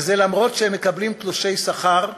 וזה למרות העובדה שהם מקבלים תלושי שכר.